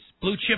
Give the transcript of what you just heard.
blue-chip